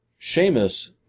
Seamus